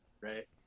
right